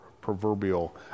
proverbial